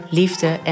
liefde